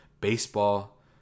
baseball